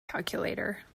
calculator